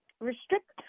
restrict